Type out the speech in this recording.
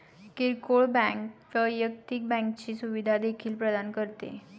किरकोळ बँक वैयक्तिक बँकिंगची सुविधा देखील प्रदान करते